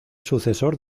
sucesor